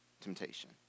temptation